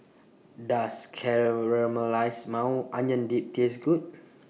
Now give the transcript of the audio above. Does Caramelized Maui Onion Dip Taste Good